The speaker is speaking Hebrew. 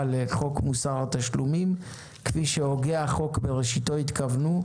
לחוק מוסר התשלומים כפי שהוגי החוק בראשיתו התכוונו,